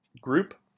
group